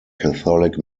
catholic